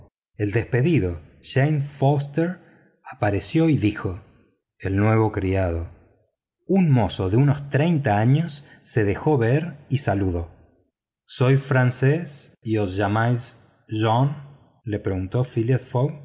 el despedido james foster apareció y dijo el nuevo criado un mozo de unos años se dejó ver y saludó sois francés y os llamáis john le preguntó phileas fogg